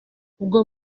ubwo